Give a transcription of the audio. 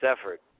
effort